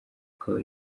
akaba